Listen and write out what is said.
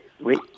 oui